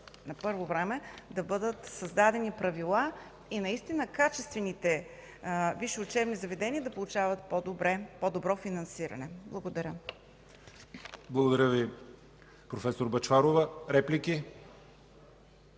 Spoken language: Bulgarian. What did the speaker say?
на първо време да бъдат създадени правила и наистина качествените висши учебни заведения да получават по-добро финансиране. Благодаря. ПРЕДСЕДАТЕЛ ЯВОР ХАЙТОВ: Благодаря Ви, проф. Бъчварова. Реплики?